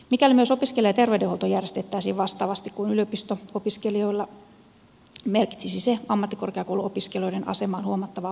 mikäli myös opiskelijaterveydenhuolto järjestettäisiin vastaavasti kuin yliopisto opiskelijoilla merkitsisi se ammattikorkeakouluopiskelijoiden asemaan huomattavaa parannusta